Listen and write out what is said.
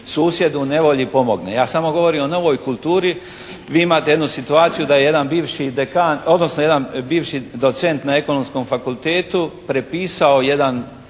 susjedu u nevolji pomogne. Ja samo govorim o novoj kulturi. Vi imate jednu situaciju da je jedan bivši dekan, odnosno jedan bivši docent na Ekonomskog fakultetu prepisao jedan